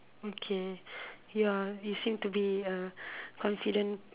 okay you're you seem to be a confident